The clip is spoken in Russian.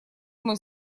мой